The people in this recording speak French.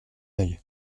œil